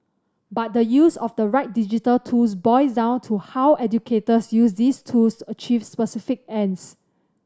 but the use of the right digital tools boils down to how educators use these tools to achieve specific ends